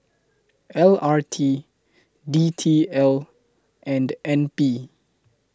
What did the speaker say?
L R T D T L and N P